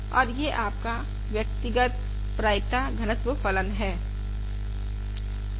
और यह आपका पृथक पृथक प्रायिकता घनत्व फलन है